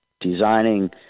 designing